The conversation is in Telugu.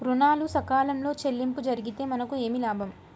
ఋణాలు సకాలంలో చెల్లింపు జరిగితే మనకు ఏమి లాభం?